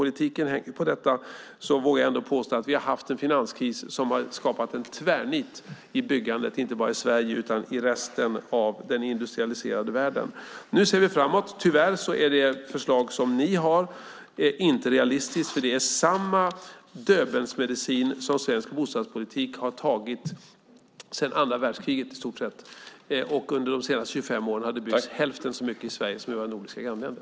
Jag vågar påstå att vi har haft en finanskris som har skapat en tvärnit i byggandet, inte bara i Sverige utan i resten av den industrialiserade världen. Nu ser vi framåt. Tyvärr är det förslag som ni har inte realistiskt, för det är samma döbelnsmedicin som svensk bostadspolitik har tagit i stort sett sedan andra världskriget. Under de senaste 25 åren har det byggts hälften så mycket i Sverige som i våra nordiska grannländer.